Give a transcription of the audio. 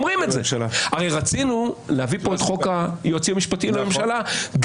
הרי רצו להביא לפה את חוק היועצים המשפטיים לממשלה,